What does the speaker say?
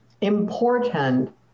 important